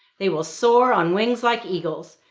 they will soar on wings like eagles.